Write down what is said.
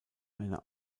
eine